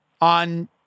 On